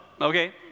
okay